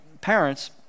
Parents